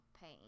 pain